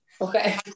okay